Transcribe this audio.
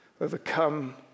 overcome